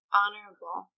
honorable